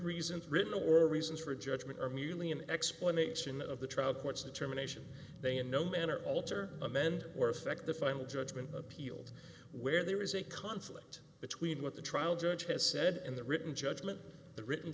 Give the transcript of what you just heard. reasons written or reasons for a judgment are merely an explanation of the trial court's determination they in no manner alter amend or affect the final judgment appeals where there is a conflict between what the trial judge has said and the written judgment the written